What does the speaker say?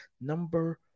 number